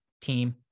team